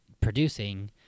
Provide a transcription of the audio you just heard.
producing